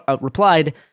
replied